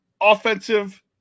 offensive